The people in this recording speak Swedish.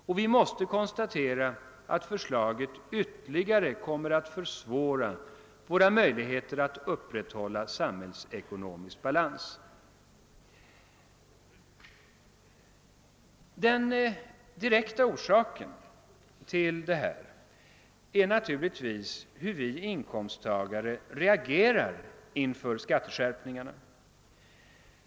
Vi måste också konstatera, att förslaget ytterligare kommer att försvåra våra möjligheter att upprätthålla samhällsekonomisk balans. Den direkta orsaken till detta är na turligtvis hur vi inkomsttagare reagerar inför skatteskärpningarna.